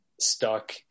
stuck